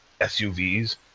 SUVs